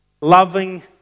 loving